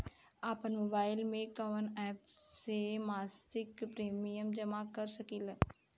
आपनमोबाइल में कवन एप से मासिक प्रिमियम जमा कर सकिले?